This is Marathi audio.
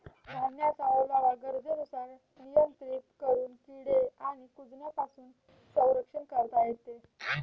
धान्याचा ओलावा गरजेनुसार नियंत्रित करून किडे आणि कुजण्यापासून संरक्षण करता येते